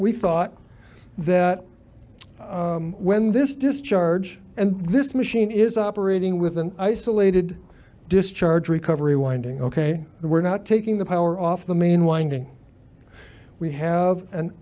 we thought that when this discharge and this machine is operating with an isolated discharge recovery winding ok we're not taking the power off the main winding we have an